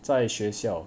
在学校